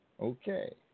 Okay